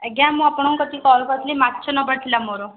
ଆଜ୍ଞା ମୁଁ ଆପଣ ଙ୍କ କତିକି କଲ୍ କରିଥିଲି ମାଛ ନେବାର ଥିଲା ମୋର